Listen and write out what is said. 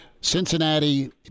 Cincinnati